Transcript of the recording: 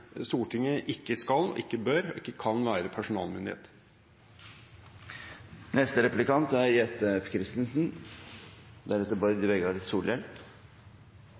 Stortinget ikke skal, ikke bør og ikke kan være personalmyndighet.